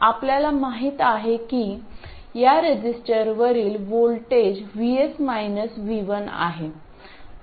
आपल्याला माहित आहे की या रेझिस्टरवरील व्होल्टेज VS V1 आहे